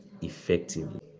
effectively